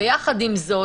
עם זאת,